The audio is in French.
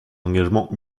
engagement